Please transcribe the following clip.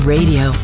Radio